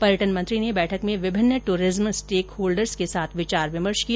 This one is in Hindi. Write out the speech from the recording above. पर्यटन मंत्री ने बैठक में विभिन्न दूरिज्म स्टेक होल्डर्स के साथ विचार विमर्श किया